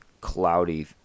cloudy